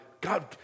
God